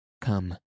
Come